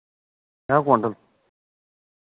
चार क्वांटल